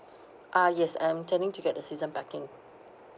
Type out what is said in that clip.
ah yes I'm intending to get the season parking